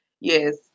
yes